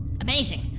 Amazing